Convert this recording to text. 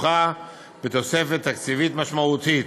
כרוכה בתוספת תקציבית משמעותית.